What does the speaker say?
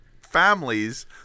families